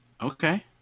Okay